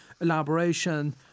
elaboration